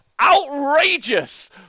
outrageous